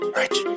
rich